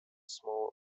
small